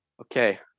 Okay